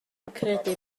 credu